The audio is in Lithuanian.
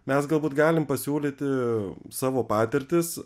mes galbūt galim pasiūlyti savo patirtis